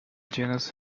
genus